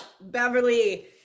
Beverly